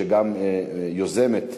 שגם יוזמת,